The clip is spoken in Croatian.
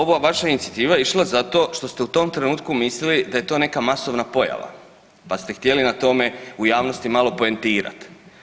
Ova vaša inicijativa je išla za to što ste u tom trenutku mislili da je to neka masovna pojava pa ste htjeli na tome u javnosti malo poentirati.